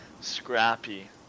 scrappy